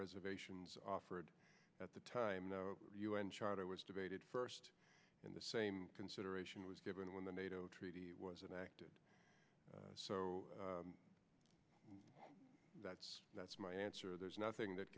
reservations offered at the time the u n charter was debated first in the same consideration was given when the nato treaty was enacted so that's that's my answer there's nothing that